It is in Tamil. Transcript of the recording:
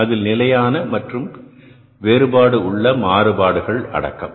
அதில் நிலையான மற்றும் வேறுபாடு உள்ள மாறுபாடுகளின் அடக்கம்